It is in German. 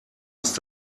ist